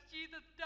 Jesus